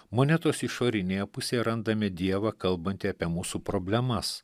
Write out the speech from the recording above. monetos išorinėje pusėje randame dievą kalbantį apie mūsų problemas